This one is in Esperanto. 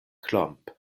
klomp